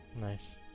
Nice